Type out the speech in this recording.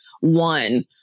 one